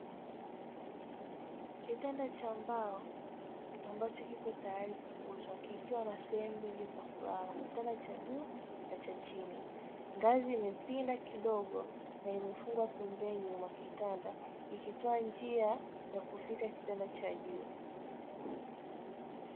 Kitanda cha mbao ambacho kipo tayari kuuzwa kikiwa na sehemu mbili za kulala, sehemu ya juu na cha chini, ngazi imepinda kidogo na ikitoa njia ya kufika kitanda cha juu.